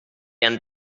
han